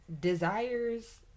desires